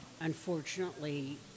unfortunately